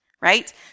right